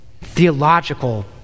theological